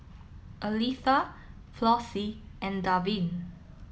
Aletha Flossie and Davin